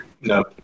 No